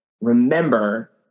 remember